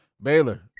Baylor